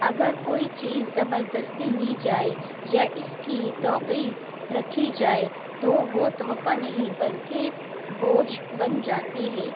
اگر کوئی چیز زبردستی لی جائے یا اس کی توقع رکھی جائے تو وہ تحفہ نہیں بلکہ بوجھ بن جاتی ہے